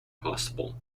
possible